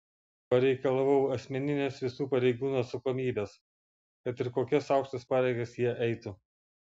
pareikalavau asmeninės visų pareigūnų atsakomybės kad ir kokias aukštas pareigas jie eitų